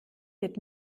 wird